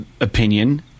opinion